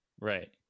Right